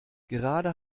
gerade